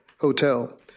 hotel